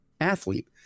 athlete